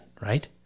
right